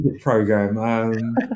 program